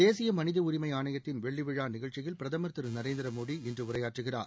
தேசிய மனித உரிமை ஆணையத்தின் வெள்ளி விழா நிகழ்ச்சியில் பிரதமர் திரு நரேந்திர மோடி இன்று உரையாற்றுகிறார்